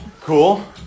Cool